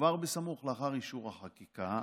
כבר בסמוך, לאחר אישור החקיקה,